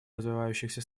развивающихся